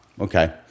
Okay